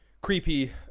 creepy